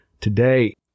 today